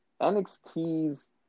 NXT's